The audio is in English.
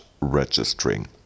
registering